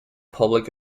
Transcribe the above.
public